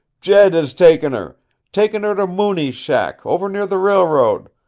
jed has taken her taken her to mooney's shack, over near the railroad.